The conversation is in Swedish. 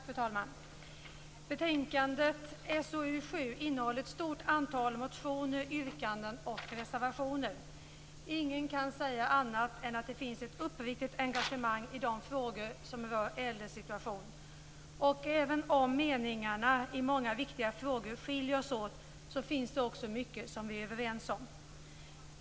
Fru talman! Betänkandet SoU7 innehåller ett stort antal motioner, yrkanden och reservationer. Ingen kan säga annat än att det finns ett uppriktigt engagemang i de frågor som rör äldres situation, och även om meningarna i många viktiga frågor skiljer oss åt finns det mycket som vi är överens om.